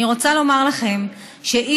אני רוצה לומר לכם שאם